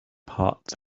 parts